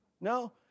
No